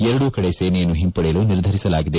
ಎರಡೂ ಕಡೆ ಸೇನೆಯನ್ನು ಹಿಂಪಡೆಯಲು ನಿರ್ಧರಿಸಲಾಗಿದೆ